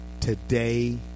today